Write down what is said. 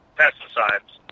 pesticides